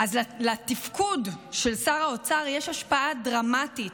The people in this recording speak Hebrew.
אז לתפקוד של שר האוצר יש השפעה דרמטית